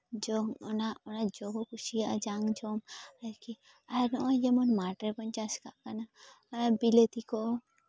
ᱡᱚᱢ ᱚᱱᱟ ᱚᱱᱟ ᱡᱚ ᱠᱚ ᱠᱩᱥᱤᱭᱟᱜᱼᱟ ᱡᱟᱝ ᱡᱚᱢ ᱟᱨ ᱱᱚᱜᱼᱚᱭ ᱡᱮᱢᱚᱱ ᱢᱟᱴᱷ ᱨᱮᱵᱚᱱ ᱪᱟᱥ ᱠᱟᱜ ᱠᱟᱱᱟ ᱟᱨ ᱵᱤᱞᱟᱹᱛᱤ ᱠᱚ